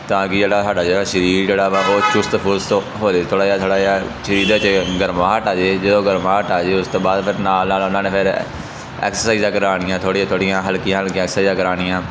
ਤਾਂ ਕਿ ਜਿਹੜਾ ਸਾਡਾ ਜਿਹੜਾ ਸਰੀਰ ਜਿਹੜਾ ਵਾ ਉਹ ਚੁਸਤ ਫਰੁਸਤ ਹੋ ਜਾਵੇ ਥੋੜ੍ਹਾ ਜਿਹਾ ਥੋੜ੍ਹਾ ਜਿਹਾ ਸਰੀਰ ਦੇ ਵਿੱਚ ਗਰਮਾਹਟ ਆ ਜਾਵੇ ਜਦੋਂ ਗਰਮਾਹਟ ਆ ਜਾਵੇ ਉਸ ਤੋਂ ਬਾਅਦ ਫਿਰ ਨਾਲ ਨਾਲ ਉਹਨਾਂ ਨੇ ਫਿਰ ਐਕਸਰਸਾਈਜਾਂ ਕਰਵਾਉਣੀਆਂ ਥੋੜ੍ਹੀਆਂ ਥੋੜੀਆਂ ਹਲਕੀਆਂ ਹਲਕੀਆਂ ਐਕਸਸਾਈਜ਼ਾ ਕਰਵਾਉਣੀਆਂ